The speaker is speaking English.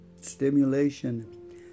Stimulation